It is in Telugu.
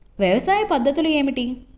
వ్యవసాయ పద్ధతులు ఏమిటి?